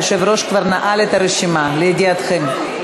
היושב-ראש כבר נעל את הרשימה, לידיעתכם.